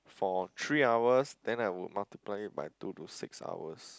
for three hours then I would multiply it by two to six hours